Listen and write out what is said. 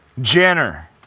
Jenner